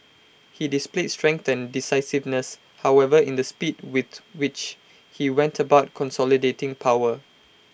he displayed strength decisiveness however in the speed with which he went about consolidating power